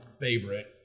favorite